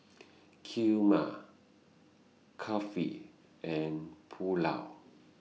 Kheema Kulfi and Pulao